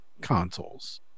consoles